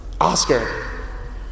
Oscar